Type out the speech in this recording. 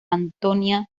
antonia